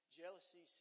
jealousy